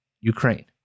Ukraine